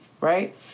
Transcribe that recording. right